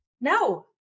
No